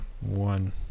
one